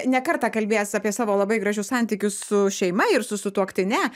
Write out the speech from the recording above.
ne kartą kalbėjęs apie savo labai gražius santykius su šeima ir su sutuoktine